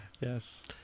Yes